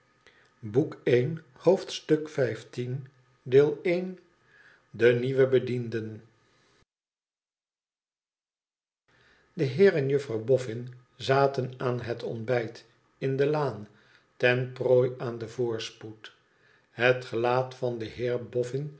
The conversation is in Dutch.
de nieuwe bedienden de heer en juffrouw bofn zaten aan het ontbijt in de laan ten prooi aan den voorspoed het gelaat van den